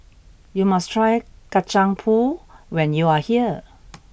you must try Kacang Pool when you are here